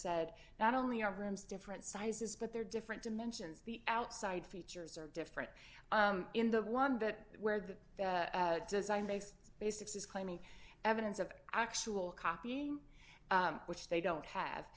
said not only are rooms different sizes but they're different dimensions the outside features are different in the one that where the design makes basics is claiming evidence of actual copying which they don't have